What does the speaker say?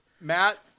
Matt